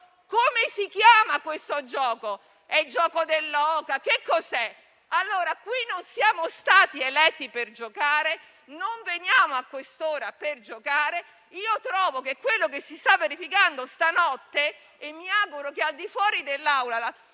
come si chiama: è il gioco dell'oca? Che cos'è? Qui non siamo stati eletti per giocare e non veniamo a quest'ora per giocare. Trovo che quello che si sta verificando stanotte - e mi auguro che al di fuori dell'Aula